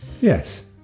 Yes